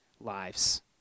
lives